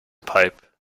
pipe